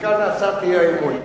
ומכאן להצעת האי-אמון.